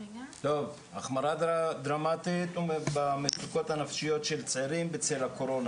החמרה דרמטית במצוקות הנפשיות של צעירים בצל הקורונה.